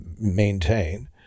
maintain